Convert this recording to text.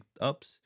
ups